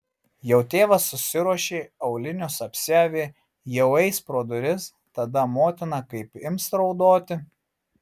jau tėvas susiruošė aulinius apsiavė jau eis pro duris tada motina kaip ims raudoti